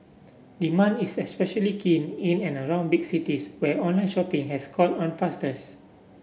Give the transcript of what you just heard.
demand is especially keen in and around big cities where online shopping has caught on fastest